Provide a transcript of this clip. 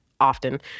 often